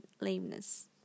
lameness